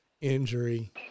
injury